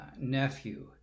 nephew